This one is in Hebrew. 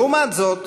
לעומת זאת,